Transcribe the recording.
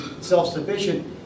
self-sufficient